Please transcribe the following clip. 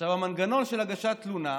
עכשיו, המנגנון של הגשת תלונה,